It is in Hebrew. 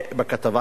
בכתבה.